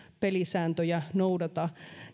pelisääntöjä noudata